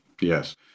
yes